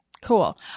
cool